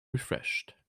refreshed